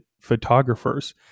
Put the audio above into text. photographers